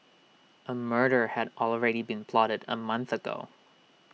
A murder had already been plotted A month ago